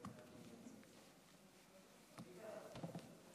שלוש דקות.